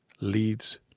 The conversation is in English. leads